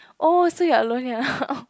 oh so you are alone here